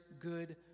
good